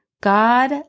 God